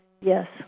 Yes